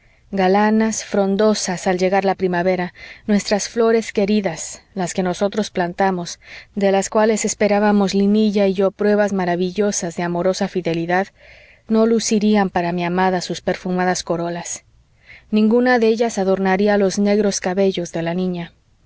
galanas frondosas al llegar la primavera nuestras flores queridas las que nosotros plantamos de las cuales esperábamos linilla y yo pruebas maravillosas de amorosa fidelidad no lucirían para mi amada sus perfumadas corolas ninguna de ellas adornaría los negros cabellos de la niña